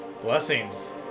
Blessings